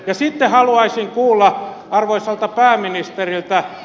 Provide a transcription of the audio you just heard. sitten haluaisin kuulla arvoisalta pääministeriltä